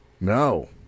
No